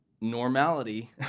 normality